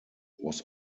was